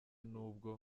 n’ubwo